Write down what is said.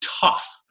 tough